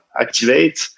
activate